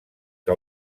que